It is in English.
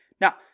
Now